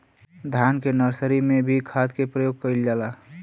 धान के नर्सरी में भी खाद के प्रयोग कइल जाला?